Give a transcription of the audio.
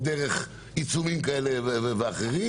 או דרך עיצומים כאלה ואחרים,